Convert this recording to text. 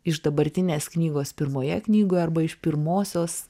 iš dabartinės knygos pirmoje knygoje arba iš pirmosios